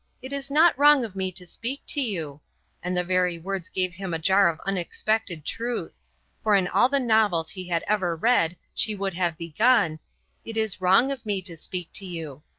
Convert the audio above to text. it is not wrong of me to speak to you and the very words gave him a jar of unexpected truth for in all the novels he had ever read she would have begun it is wrong of me to speak to you.